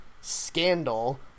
Scandal